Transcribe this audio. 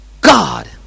God